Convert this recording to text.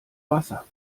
wasser